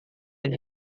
and